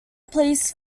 police